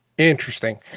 Interesting